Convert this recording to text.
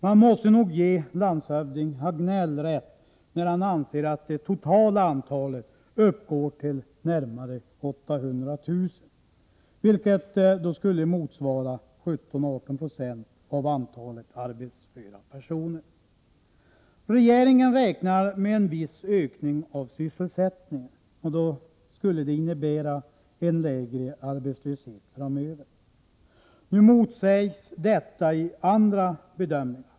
Man måste nog ge landshövding Hagnell rätt, när han anser att det totala antalet arbetslösa uppgår till närmare 800000, vilket skulle motsvara 17-18 96 av antalet arbetsföra personer. Regeringen räknar med en viss ökning av sysselsättningen, och det skulle innebära en lägre arbetslöshet framöver. Nu motsägs detta i andra bedömningar.